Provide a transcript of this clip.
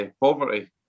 poverty